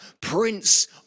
Prince